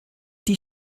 die